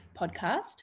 podcast